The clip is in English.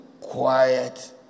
quiet